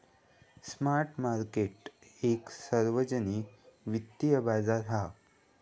spot market एक सार्वजनिक वित्तिय बाजार हा